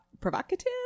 provocative